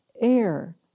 air